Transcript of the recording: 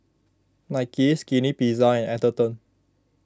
Nike Skinny Pizza and Atherton